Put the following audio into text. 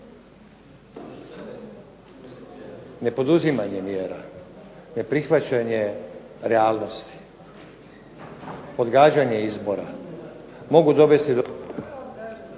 Nepoduzimanje mjere, neprihvaćanje realnosti, odgađanje izbora mogu dovesti